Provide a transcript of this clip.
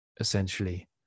Essentially